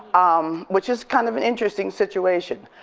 um which is kind of an interesting situation.